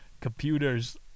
computers